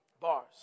Bars